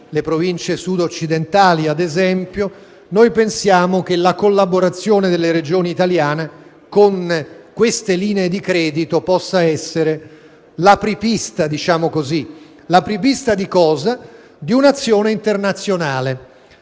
quelle sud-occidentali, ad esempio, pensiamo allora che la collaborazione delle Regioni italiane con queste linee di credito possa essere l'apripista di un'azione internazionale